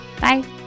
Bye